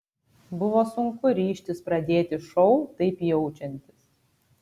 buvo sunku ryžtis pradėti šou taip jaučiantis